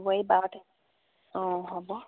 হ'ব এই বাৰতে অঁ হ'ব